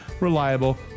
Reliable